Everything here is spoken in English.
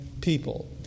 people